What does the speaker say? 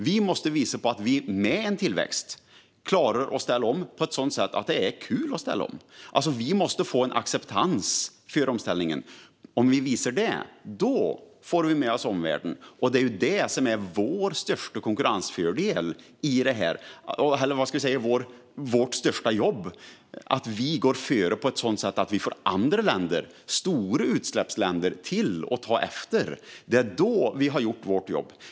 Vi måste visa att vi med tillväxt klarar att ställa om på ett sådant sätt att det är kul att ställa om. Vi måste få en acceptans för omställningen. Om vi visar det får vi med oss omvärlden. Det är det som är vårt största jobb: att gå före på ett sådant sätt att vi får andra länder, även stora utsläppsländer, att ta efter. Det är då vi har gjort vårt jobb.